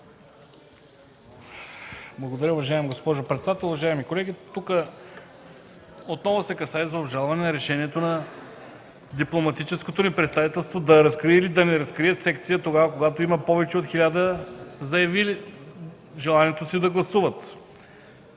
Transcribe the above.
(ДПС): Уважаема госпожо председател, уважаеми колеги! Тук отново се касае за обжалване на решението на дипломатическото ни представителство – да разкрие или да не разкрие секция, когато има повече от 1000 заявили желанието си да гласуват